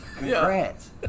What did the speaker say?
Congrats